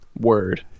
word